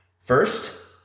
First